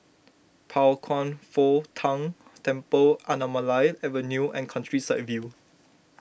Pao Kwan Foh Tang Temple Anamalai Avenue and Countryside View